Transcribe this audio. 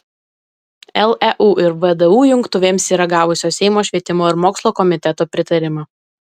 leu ir vdu jungtuvėms yra gavusios seimo švietimo ir mokslo komiteto pritarimą